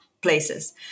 places